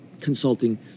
consulting